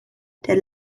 der